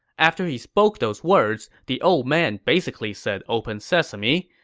after he spoke those words, the old man basically said open sesame,